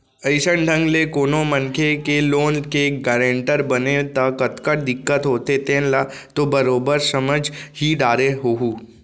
अइसन ढंग ले कोनो मनखे के लोन के गारेंटर बने म कतका दिक्कत होथे तेन ल तो बरोबर समझ ही डारे होहूँ